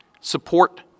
support